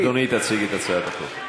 אדוני, תציג את הצעת החוק.